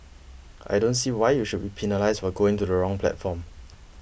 I don't see why you should be penalised for going to the wrong platform